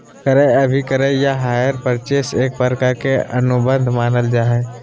क्रय अभिक्रय या हायर परचेज एक प्रकार के अनुबंध मानल जा हय